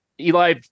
Eli